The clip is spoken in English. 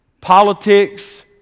Politics